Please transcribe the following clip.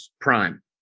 Prime